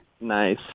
nice